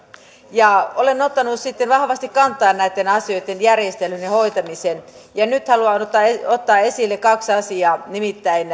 ja olen ottanut sitten vahvasti kantaa näitten asioitten järjestelyyn ja hoitamiseen ja nyt haluan ottaa ottaa esille kaksi asiaa nimittäin